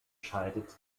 scheidet